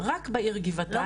רק בעיר גבעתיים.